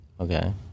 Okay